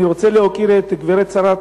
אני רוצה להוקיר את השרה,